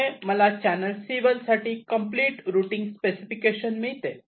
त्यामुळे मला channel C1 साठी कम्प्लीट रुटींग स्पेसिफिकेशन मिळते